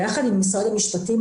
ביחד עם משרד המשפטים,